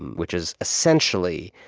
which is, essentially,